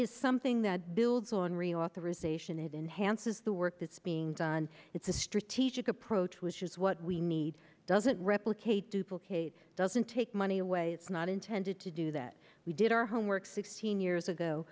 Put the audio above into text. is something that builds on reauthorization it enhances the work that's being done it's a strategic approach which is what we need doesn't replicate duplicate doesn't take money away it's not intended to do that we did our homework sixteen years ago